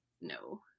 no